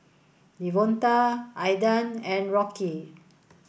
Devonta Aidan and Rocky